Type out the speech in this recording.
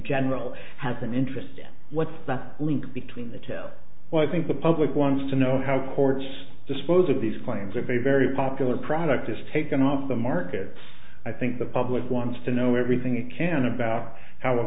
general has an interest in what's the link between the tell what i think the public wants to know how courts dispose of these claims are very very popular product is taken off the market i think the public wants to know everything you can about